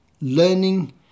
Learning